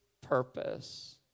purpose